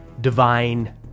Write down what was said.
divine